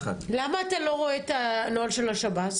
למה אתה לא רואה את הנוהל של השב"ס?